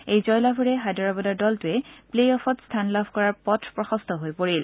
এই জয়লাভেৰে হায়দৰাবাদৰ দলটোৱে গ্লে অফত স্থান লাভ কৰাৰ পথ প্ৰসন্ত হৈ পৰিল